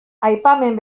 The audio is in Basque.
aipamen